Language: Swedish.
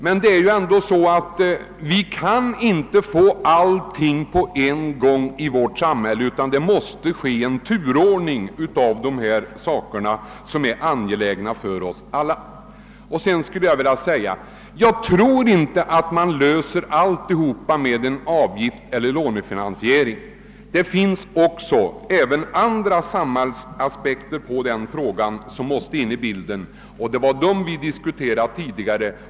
Men det är ju ändå så att man inte kan få allting på en gång i vårt samhälle, utan vi måste göra upp en turordning beträffande samtliga ting som är angelägna för oss alla. Jag tror inte att man kan lösa alla problem på detta område med att införa avgifter eller genom lånefinansiering. Det finns andra samhällsaspekter på frågan också, vilka måste tagas i beaktande; det var dem vi diskuterade tidigare.